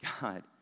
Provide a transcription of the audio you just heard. God